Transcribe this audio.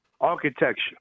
Architecture